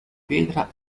pietra